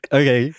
okay